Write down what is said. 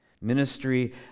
Ministry